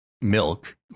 milk